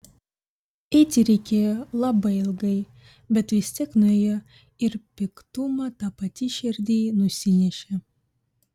eiti reikėjo labai ilgai bet vis tiek nuėjo ir piktumą tą patį širdyj nusinešė